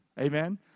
Amen